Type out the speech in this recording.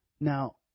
Now